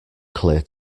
clear